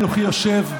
יושב,